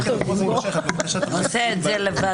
הוא עושה את זה לבד.